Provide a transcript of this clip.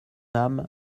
âme